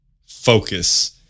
focus